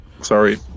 Sorry